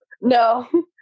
No